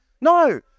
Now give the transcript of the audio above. no